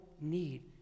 need